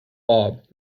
bob